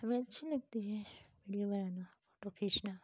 तुम्हें अच्छी लगती है विडिओ बनाना फोटो खींचना